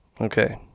Okay